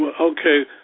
Okay